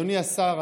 אדוני השר,